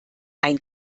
ein